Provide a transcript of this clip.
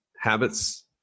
habits